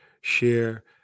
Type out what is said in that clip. share